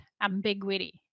ambiguity